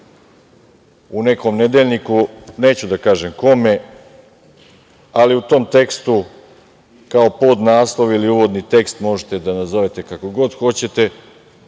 u nekom nedeljniku, neću da kažem kome, ali u tom tekstu kao podnaslov ili uvodni tekst možete da nazovete kako god hoćete